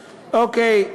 יש, אוקיי.